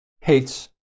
hates